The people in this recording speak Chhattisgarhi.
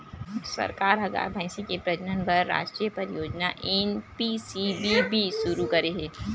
सरकार ह गाय, भइसी के प्रजनन बर रास्टीय परियोजना एन.पी.सी.बी.बी सुरू करे हे